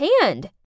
hand